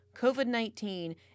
COVID-19